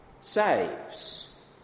saves